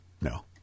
no